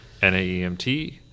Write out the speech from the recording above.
NAEMT